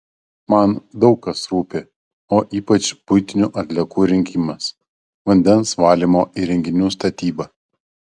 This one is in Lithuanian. man daug kas rūpi o ypač buitinių atliekų rinkimas vandens valymo įrenginių statyba